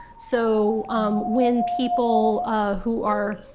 so when people who are